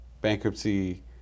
Bankruptcy